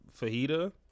fajita